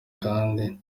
kandi